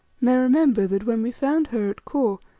may remember that when we found her at kor,